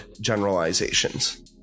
generalizations